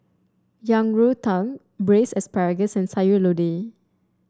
Yang Rou Tang braise asparagus and Sayur Lodeh